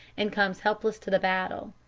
and comes helpless to the battle.